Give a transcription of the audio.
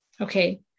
Okay